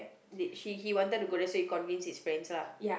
did she he wanted to go there so he convinced his friends lah